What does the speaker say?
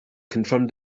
confirmed